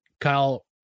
Kyle